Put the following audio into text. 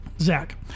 Zach